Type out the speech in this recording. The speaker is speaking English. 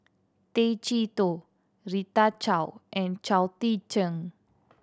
Tay Chee Toh Rita Chao and Chao Tzee Cheng